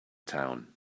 town